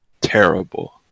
Terrible